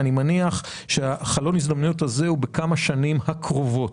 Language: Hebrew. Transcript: אני מניח שחלון ההזדמנויות הזה הוא בכמה שנים הקרובות.